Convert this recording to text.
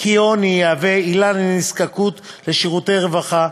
כי עוני יהווה עילה לנזקקות לשירותי רווחה.